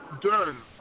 Done